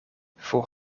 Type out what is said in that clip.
voor